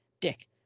Dick